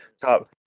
Top